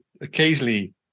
occasionally